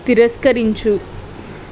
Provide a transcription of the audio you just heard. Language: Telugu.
తిరస్కరించు